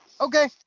okay